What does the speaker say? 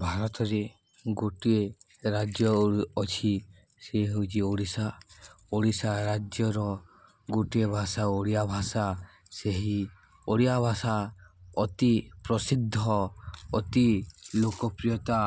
ଭାରତରେ ଗୋଟିଏ ରାଜ୍ୟ ଅଛି ସେ ହେଉଛି ଓଡ଼ିଶା ଓଡ଼ିଶା ରାଜ୍ୟର ଗୋଟିଏ ଭାଷା ଓଡ଼ିଆ ଭାଷା ସେହି ଓଡ଼ିଆ ଭାଷା ଅତି ପ୍ରସିଦ୍ଧ ଅତି ଲୋକପ୍ରିୟତା